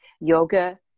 Yoga